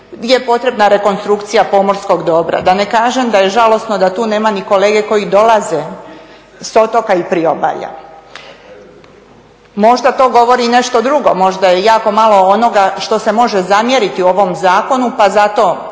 gdje je potrebna rekonstrukcija pomorskog dobra. Da ne kažem da je žalosno da tu nema ni kolege koji dolaze s otoka i priobalja. Možda to govori i nešto drugo, možda je jako malo onoga što se može zamjeriti ovom zakonu pa zato